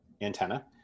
antenna